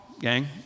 gang